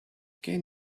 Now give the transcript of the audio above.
can